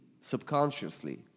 subconsciously